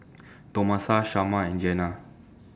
Tomasa Shamar and Jeanna